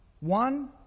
One